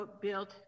built